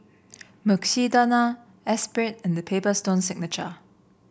Mukshidonna Espirit and The Paper Stone Signature